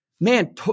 Man